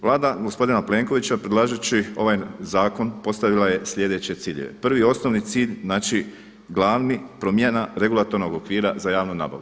Vlada gospodina Plenkovića predlažući ovaj zakon postavila je slijedeće ciljeve, prvi i osnovni cilj znači glavni promjena regulatornog okvira za javnu nabavu.